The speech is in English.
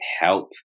help